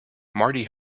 marty